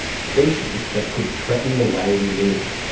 species that could threaten the way we live.